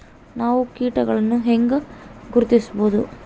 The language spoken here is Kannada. ನಾವು ಕೇಟಗಳನ್ನು ಹೆಂಗ ಗುರ್ತಿಸಬಹುದು?